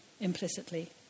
implicitly